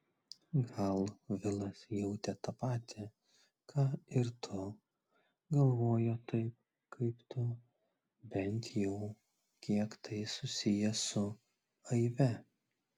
gal vilas jautė tą patį ką ir tu galvojo taip kaip tu bent jau kiek tai susiję su aive